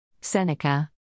Seneca